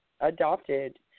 adopted